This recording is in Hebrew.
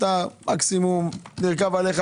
מקסימום נרכב עליך,